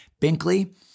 Binkley